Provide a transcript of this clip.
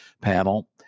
panel